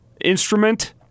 instrument